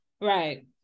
Right